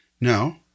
no